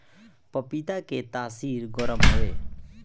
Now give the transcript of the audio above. पपीता के तासीर गरम हवे